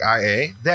IA